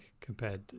compared